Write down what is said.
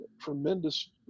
tremendous